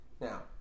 Now